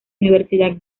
universidad